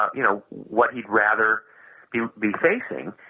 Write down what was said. you know, what he'd rather be be facing